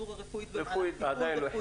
פרוצדורה רפואית במהלך טיפול רפואי ארוך